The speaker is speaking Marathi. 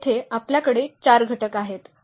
तर येथे आपल्याकडे 4 घटक आहेत